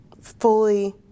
fully